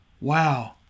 Wow